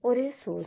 ഒരേ സോർസ്